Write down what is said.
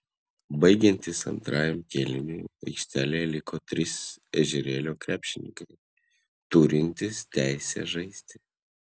baigiantis antrajam kėliniui aikštelėje liko trys ežerėlio krepšininkai turintys teisę žaisti